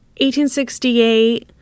1868